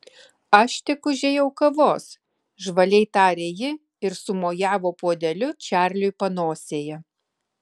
aš tik užėjau kavos žvaliai tarė ji ir sumojavo puodeliu čarliui panosėje